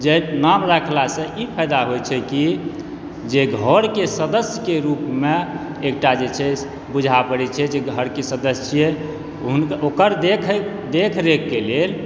जे नाम राखलासँ ई फायदा होइ छै की जे घरके सदस्यके रूपमे एकटा जे छै बुझै पड़ै छै जे घरके सदस्य छियै हुनक ओकर देखरेख देखरेखके लेल